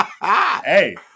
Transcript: Hey